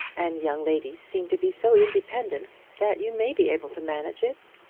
and young ladies seem to be so independent, that you may be able to manage it.